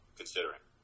considering